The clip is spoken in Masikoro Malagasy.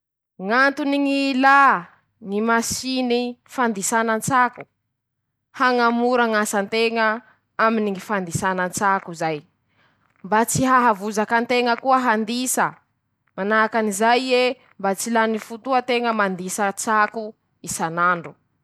Ñ'antony ñy ilà ñy masiny fandisana tsako: -Hañamora ñ'asan-teña aminy ñy fandisana tsako zay. mba tsy hahavozaky an-teña koa handisa. manahaky anizaie mba tsy lany fotoa teña mandisa tsako isanandro<...>.